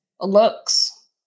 looks